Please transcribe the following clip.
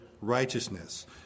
Righteousness